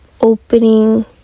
opening